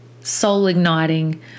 soul-igniting